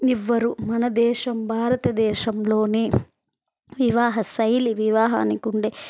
ఇవ్వరు మన దేశం భారతదేశం లోనే వివాహ శైలి వివాహానికి ఉండే